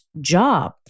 job